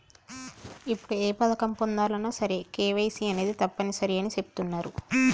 ఇప్పుడు ఏ పథకం పొందాలన్నా సరే కేవైసీ అనేది తప్పనిసరి అని చెబుతున్నరు